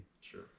Sure